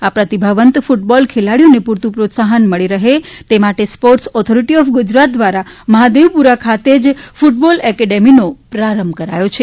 આ પ્રતિભાવંત કૂટબોલ ખેલાડીઓને પૂરતું પ્રોત્સાહન મળી રહે તે માટે સ્પોર્ટ્સ ઑથોરિટી ઓફ ગુજરાત દ્વારા મહાદેવપુરા ખાતે જ ફૂટબોલ એકેડેમીનો પ્રારંભ કરી દેવાયો છે